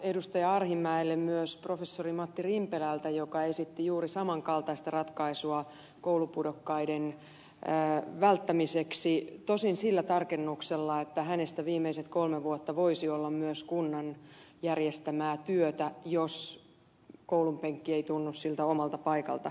arhinmäelle myös professori matti rimpelältä joka esitti juuri saman kaltaista ratkaisua koulupudokkaiden välttämiseksi tosin sillä tarkennuksella että hänestä viimeiset kolme vuotta voisi olla myös kunnan järjestämää työtä jos koulunpenkki ei tunnu siltä omalta paikalta